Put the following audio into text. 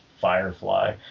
Firefly